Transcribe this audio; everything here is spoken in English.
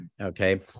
okay